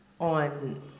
on